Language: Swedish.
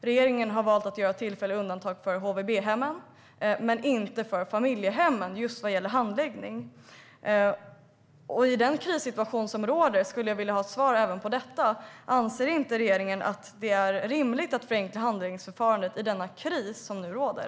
Regeringen har valt att göra tillfälliga undantag för HVB men inte för familjehemmen just vad gäller handläggning. I den krissituation som råder skulle jag vilja ha ett svar även på detta. Anser regeringen inte att det är rimligt att förenkla handläggningsförfarandet i den kris som nu råder?